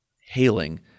hailing